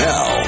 Now